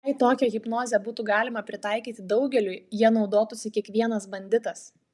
jei tokią hipnozę būtų galima pritaikyti daugeliui ja naudotųsi kiekvienas banditas